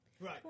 Right